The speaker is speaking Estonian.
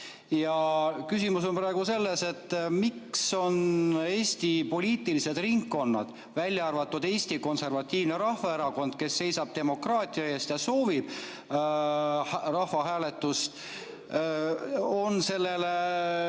Küsimus on praegu selles, miks on Eesti poliitilised ringkonnad, välja arvatud Eesti Konservatiivne Rahvaerakond, kes seisab demokraatia eest ja soovib rahvahääletust, sellele